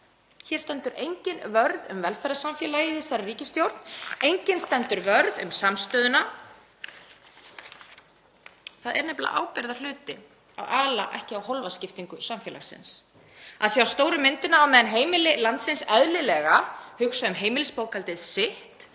Hér stendur enginn vörð um velferðarsamfélagið í þessari ríkisstjórn og enginn stendur vörð um samstöðuna. Það er nefnilega ábyrgðarhluti að ala ekki á hólfaskiptingu samfélagsins, að sjá stóru myndina á meðan heimili landsins hugsa eðlilega um heimilisbókhaldið sitt